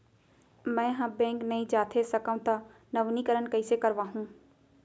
मैं ह बैंक नई जाथे सकंव त नवीनीकरण कइसे करवाहू?